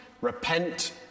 Repent